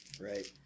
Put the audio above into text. Right